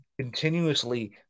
continuously